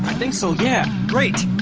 think so. yeah! great!